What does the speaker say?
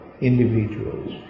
individuals